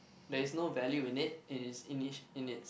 there is no value in it in it's in each in it's